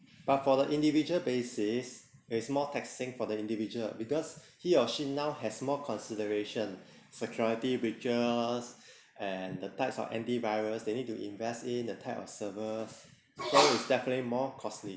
but for the individual basis it's more taxing for the individual because he or she now has more consideration security features and the types of anti virus they need to invest in the type of servers so it's definitely more costly